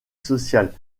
sociale